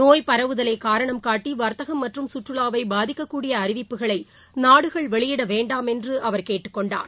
நோய் பரவுதலை காரணம் காட்டி வர்த்தகம் மற்றும் கற்றுவாவை பாதிக்கக்கூடிய அறிவிப்புகளை நாடுகள் வெளியிட வேண்டாம் என்று அவர் கேட்டுக் கொண்டார்